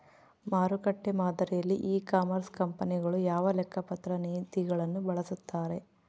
ಮಾರುಕಟ್ಟೆ ಮಾದರಿಯಲ್ಲಿ e commerce ಕಂಪನಿಗಳು ಯಾವ ಲೆಕ್ಕಪತ್ರ ನೇತಿಗಳನ್ನು ಬಳಸುತ್ತಾರೆ?